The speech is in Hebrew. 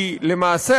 כי למעשה,